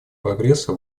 прогресса